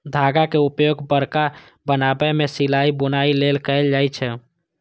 धागाक उपयोग कपड़ा बनाबै मे सिलाइ, बुनाइ लेल कैल जाए छै